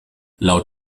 laut